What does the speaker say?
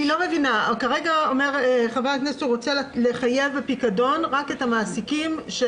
אומר חבר הכנסת כץ שהוא רוצה לחייב בפיקדון רק את המעסיקים של